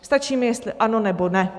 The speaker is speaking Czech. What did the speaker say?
Stačí mi, jestli ano, nebo ne.